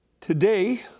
Today